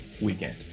weekend